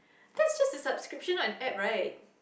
that's just the subscription on App right